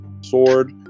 sword